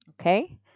Okay